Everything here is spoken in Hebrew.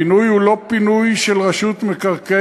הפינוי הוא לא פינוי של רשות מקרקעי